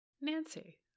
Nancy